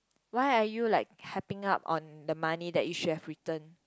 why are you like harping up on the money that you should have returned